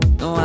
no